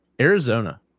Arizona